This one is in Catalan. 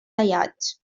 tallats